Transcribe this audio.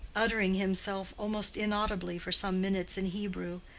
uttering himself almost inaudibly for some minutes in hebrew,